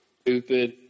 Stupid